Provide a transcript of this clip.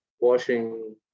washing